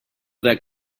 that